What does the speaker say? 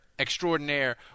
extraordinaire